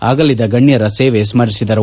ಆಗಲಿದ ಗಣ್ಣರ ಸೇವೆ ಸ್ಥರಿಸಿದರು